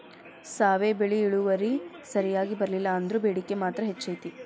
ಸಾವೆ ಬೆಳಿ ಇಳುವರಿ ಸರಿಯಾಗಿ ಬರ್ಲಿಲ್ಲಾ ಅಂದ್ರು ಬೇಡಿಕೆ ಮಾತ್ರ ಹೆಚೈತಿ